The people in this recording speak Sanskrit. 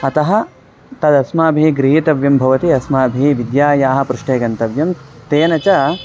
अतः तदस्माभिः गृहीतव्यं भवति अस्माभिः विद्यायाः पृष्ठे गन्तव्यं तेन च